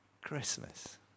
Christmas